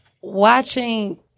watching